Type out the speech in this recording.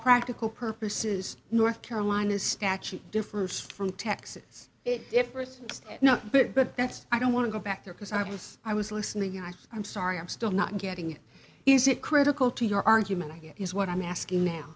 practical purposes north carolina statute differs from texas it differs it's not big but that's i don't want to go back there because i was i was listening i think i'm sorry i'm still not getting is it critical to your argument i guess is what i'm asking now